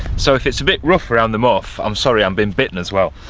so if it's a bit rough around the muff i'm sorry, i'm being bitten as well.